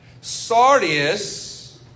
Sardius